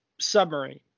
submarine